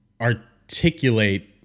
articulate